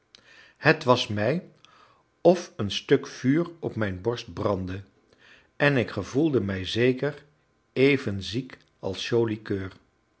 het was mij of een stuk vuur op mijn borst brandde en ik gevoelde mij zeker even ziek als